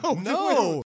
No